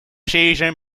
season